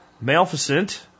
Maleficent